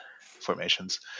formations